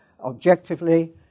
objectively